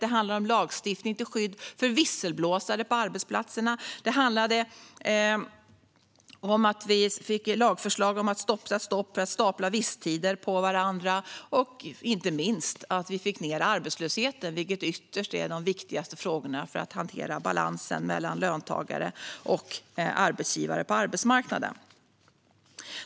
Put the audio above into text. Det handlade om lagstiftning till skydd för visselblåsare på arbetsplatserna. Det handlade om lagförslag för att sätta stopp för att stapla visstider på varandra. Inte minst handlade det om att vi fick ned arbetslösheten, vilket ytterst är en av de viktigaste frågorna för att hantera balansen mellan löntagare och arbetsgivare på arbetsmarknaden.